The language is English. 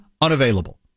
unavailable